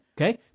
okay